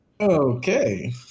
Okay